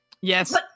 Yes